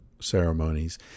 ceremonies